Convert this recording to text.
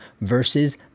versus